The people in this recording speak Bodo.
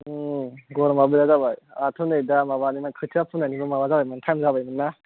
गरमाबो बिरात जाबाय आरथ नै खोथियानिबो माबा जाबायमोन टाइम जाबायमोन ना